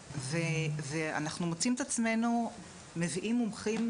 ואנחנו מוצאים את עצמנו מביאים מומחים,